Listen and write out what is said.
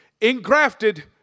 engrafted